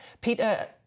Peter